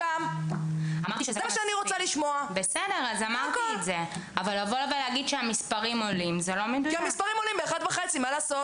בסדר גמור, הגדלת ראש אנחנו אוהבים.